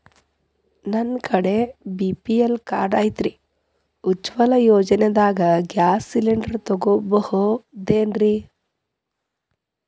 ನನ್ನ ಕಡೆ BPL card ಐತ್ರಿ, ಉಜ್ವಲಾ ಯೋಜನೆದಾಗ ಗ್ಯಾಸ್ ಸಿಲಿಂಡರ್ ತೊಗೋಬಹುದೇನ್ರಿ?